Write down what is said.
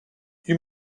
you